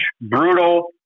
brutal